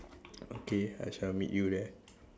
okay I shall meet you there